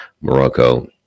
morocco